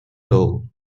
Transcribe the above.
law